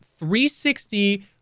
360